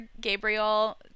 Gabriel